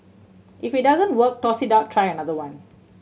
if it doesn't work toss it out try another one